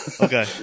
Okay